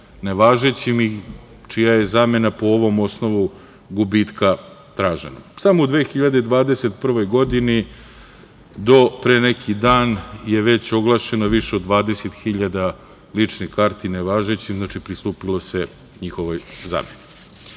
nevažećim i čija je zamena po ovom osnovu gubitka tražena. Samo u 2021. godini do pre neki dan je već oglašeno više od 20.000 ličnih karti nevažećim. Znači, pristupilo se njihovoj zameni.